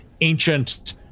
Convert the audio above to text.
ancient